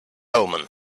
omen